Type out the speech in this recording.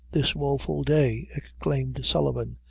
this woeful day! exclaimed sullivan.